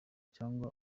cyanga